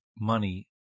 money